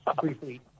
briefly